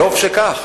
וטוב שכך.